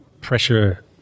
pressure